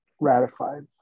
ratified